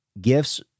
gifts